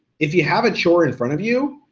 if you have a chore in front of you,